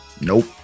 Nope